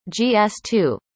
GS2